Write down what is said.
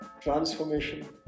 transformation